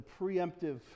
preemptive